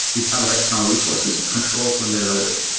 the sub-external resources and controls when they're loaded.